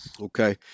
okay